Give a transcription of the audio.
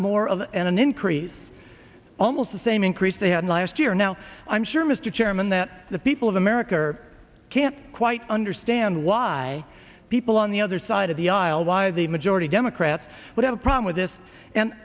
more of an increase almost the same increase they had last year now i'm sure mr chairman that the people of america are can't quite understand why people on the other side of the aisle why the majority democrats would have a problem with this and